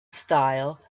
style